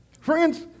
Friends